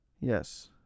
Yes